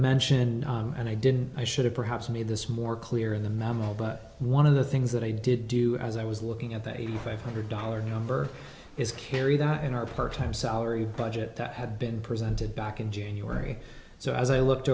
mention and i didn't i should have perhaps made this more clear in the memo but one of the things that i did do as i was looking at the eighty five hundred dollars number is carried out in our part time salary budget that had been presented back in january so as i looked